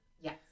yes